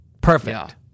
Perfect